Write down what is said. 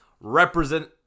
represent